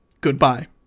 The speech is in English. goodbye